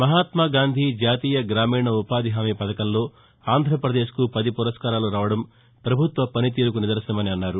మహాత్మాగాంధీ జాతీయ గ్రామీణ ఉపాధి హామీ పధకంలో ఆంధ్రప్రదేశ్కు పది పురస్కారాలు రావడం పభుత్వ పనితీరుకు నిదర్భనమని అన్నారు